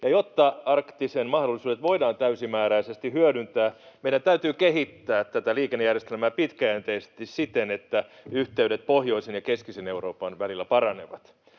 Jotta arktisen mahdollisuudet voidaan täysimääräisesti hyödyntää, meidän täytyy kehittää tätä liikennejärjestelmää pitkäjänteisesti siten, että yhteydet pohjoisen ja keskisen Euroopan välillä paranevat.